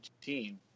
team